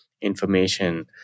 information